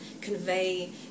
convey